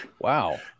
wow